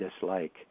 dislike